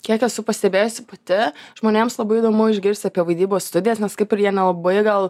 kiek esu pastebėjusi pati žmonėms labai įdomu išgirst apie vaidybos studijas nes kaip ir jie nelabai gal